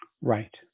right